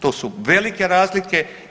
To su velike razlike.